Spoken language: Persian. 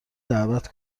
دعوت